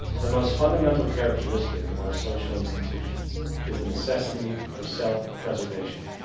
the most fundamental characteristic of our social institutions is the necessity for self-preservation.